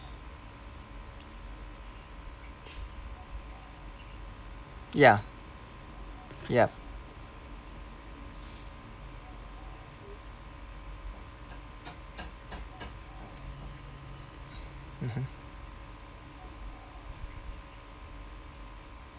ya yup mmhmm